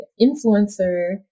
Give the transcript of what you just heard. influencer